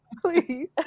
please